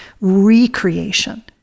recreation